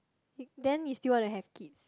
eh then you still wanna have kids